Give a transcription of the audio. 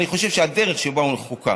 אני חושב שדרך שבה הוא מחוקק,